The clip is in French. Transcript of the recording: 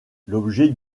l’objet